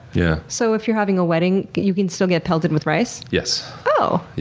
yeah so if you're having a wedding, you can still get pelted with rice? yes. oh.